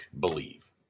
Believe